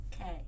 Okay